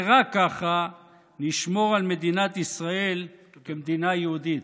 ורק ככה, נשמור על מדינת ישראל כמדינה יהודית.